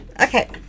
Okay